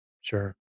sure